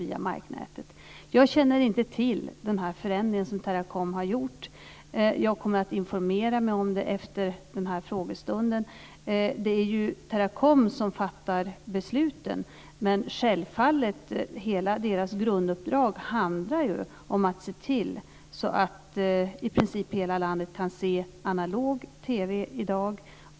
Jag känner inte till den förändring som Teracom har gjort. Jag kommer att informera mig om den efter denna frågestund. Det är Teracom som fattar besluten, men dess grunduppdrag handlar självfallet om att se till att i princip hela landet kan se analog TV i dag.